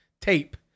tape